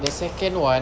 the second [one]